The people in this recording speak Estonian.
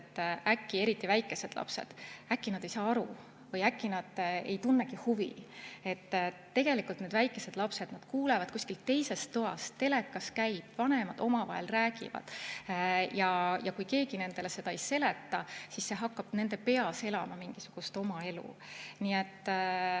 eriti väikesed lapsed, ei saa aru või äkki nad ei tunnegi huvi. Tegelikult need väikesed lapsed kuulevad kuskilt teisest toast, telekas käib, vanemad omavahel räägivad, ja kui keegi nendele seda ei seleta, siis see hakkab nende peas elama mingisugust oma elu.